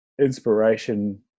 inspiration